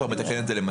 כבר נתקן את זה למצא.